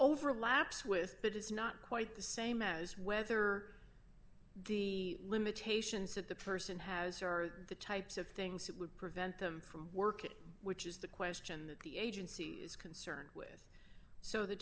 overlaps with it is not quite the same as whether the limitations that the person has or the types of things that would prevent them from work which is the question that the agency is concerned with so the